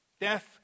death